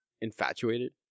Infatuated